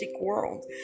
world